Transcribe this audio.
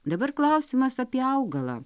dabar klausimas apie augalą